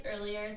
earlier